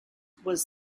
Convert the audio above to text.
was